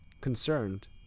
Concerned